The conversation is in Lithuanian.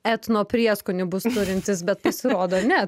etno prieskonių bus turintis bet pasirodo ne